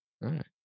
right